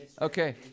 okay